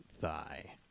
thigh